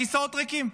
הכיסאות ריקים.